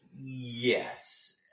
Yes